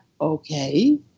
okay